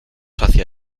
hacia